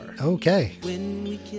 Okay